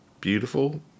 beautiful